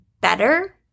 better